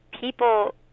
people